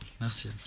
merci